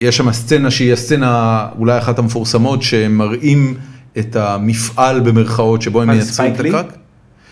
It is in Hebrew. יש שמה סצנה שהיא הסצנה אולי אחת המפורסמות שמראים את המפעל במרכאות שבו הם מייצרו את ה...